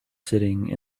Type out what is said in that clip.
sitting